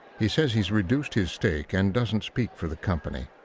he says he's reduced his stake and doesn't speak for the company.